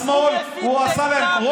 בשמאל הוא עשה להם,